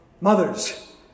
Mothers